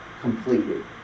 completed